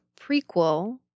prequel